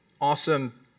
awesome